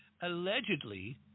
allegedly